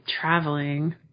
traveling